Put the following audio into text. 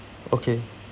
okay